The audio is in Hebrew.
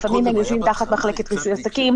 לפעמים הם יושבים תחת מחלקת רישוי עסקים,